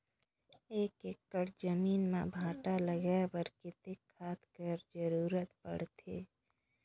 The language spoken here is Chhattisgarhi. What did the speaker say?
एक एकड़ जमीन म भांटा लगाय बर कतेक खाद कर जरूरत पड़थे?